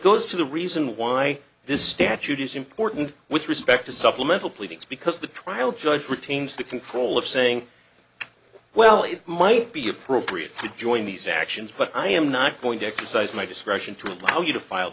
goes to the reason why this statute is important with respect to supplemental pleadings because the trial judge retains the control of saying well it might be appropriate to join these actions but i am not going to exercise my discretion to allow you to file